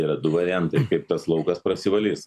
yra du variantai kaip tas laukas prasivalys